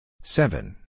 Seven